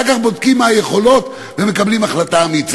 אחר כך בודקים מה היכולות ומקבלים החלטה אמיצה.